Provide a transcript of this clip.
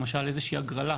למשל איזושהי הגרלה,